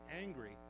angry